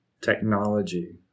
technology